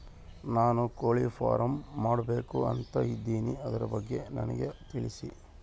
ನಾನು ಕೋಳಿ ಫಾರಂ ಮಾಡಬೇಕು ಅಂತ ಇದಿನಿ ಅದರ ಬಗ್ಗೆ ನನಗೆ ತಿಳಿಸಿ?